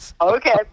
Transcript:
Okay